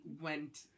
went